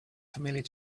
familiar